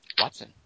Watson